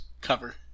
cover